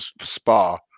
spa